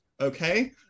Okay